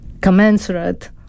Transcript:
commensurate